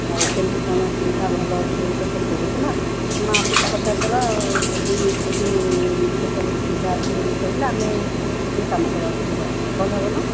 ଆଉ କେମିତି କ'ଣ ସୁବିଧା ଭଲ ଅଛି ବୋଲି ତ ସେ କହୁଥିଲା ନା ଟିକିଏ ପଚାରିଦେବା ଆଉ ଯଦି ସେଇଠି ସେସବୁ ସୁବିଧା ଅଛି ବୋଲି କହିଲା ଆମେ ସେଇଠି କାମ କରିବାକୁ ଯିବା ଭଲ ହେବନା